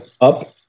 up